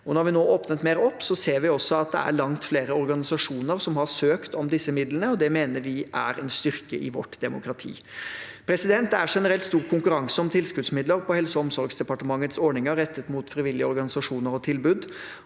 Når vi nå har åpnet mer opp, ser vi også at det er langt flere organisasjoner som har søkt om disse midlene, og det mener vi er en styrke i vårt demokrati. Det er generelt stor konkurranse om tilskuddsmidler på Helse- og omsorgsdepartementets ordninger rettet mot frivillige organisasjoner og tilbud,